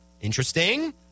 Interesting